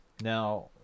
Now